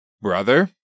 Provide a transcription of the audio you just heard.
brother